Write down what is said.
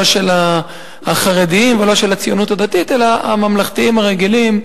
לא של החרדים ולא של הציונות הדתית אלא הממלכתיים הרגילים,